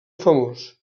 famós